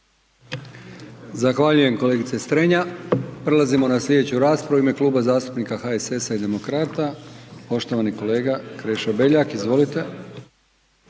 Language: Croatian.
Zahvaljujem kolegice Strenja. Prelazimo na slijedeću raspravu u ime Kluba zastupnika HSS-a i Demokrata, poštovani kolega Krešo Beljak. Izvolite.